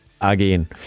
again